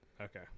Okay